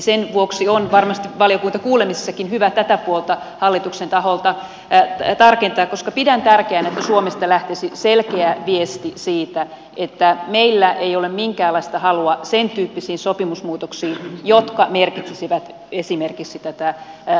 sen vuoksi on varmasti valiokuntakuulemisissakin hyvä tätä puolta hallituksen taholta tarkentaa koska pidän tärkeänä että suomesta lähtisi selkeä viesti siitä että meillä ei ole minkäänlaista halua sen tyyppisiin sopimusmuutoksiin jotka merkitsisivät esimerkiksi tätä ta loudellisen yhteisvastuun kasvattamista